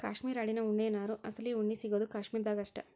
cashmere ಆಡಿನ ಉಣ್ಣಿಯ ನಾರು ಅಸಲಿ ಉಣ್ಣಿ ಸಿಗುದು ಕಾಶ್ಮೇರ ದಾಗ ಅಷ್ಟ